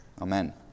Amen